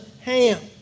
Ham